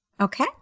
Okay